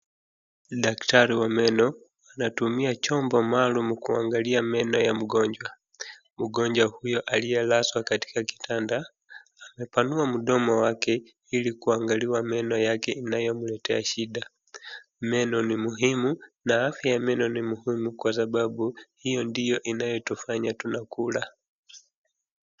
Daktari wa meno anatumia chombo maalum kuangalia meno ya mgonjwa. Mgonjwa huyo aliyelazwa katika kitanda amepanua mdomo wake ili kuangaliwa meno yake inayomletea shida. Meno ni muhimu na afya ya meno ni muhimu kwa sababu hiyo ndiyo inayotufanya tunakula.